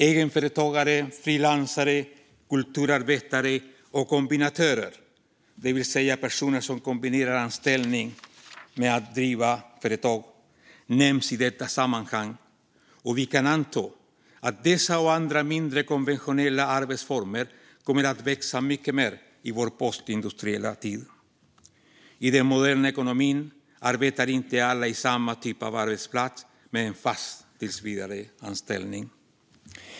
Egenföretagare, frilansare, kulturarbetare och kombinatörer, det vill säga personer som kombinerar anställning med att driva företag, nämns i detta sammanhang, och vi kan anta att dessa och andra mindre konventionella arbetsformer kommer att växa mycket mer i vår postindustriella tid. I den moderna ekonomin arbetar inte alla på samma typ av arbetsplats med en fast tillsvidareanställning.